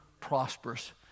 prosperous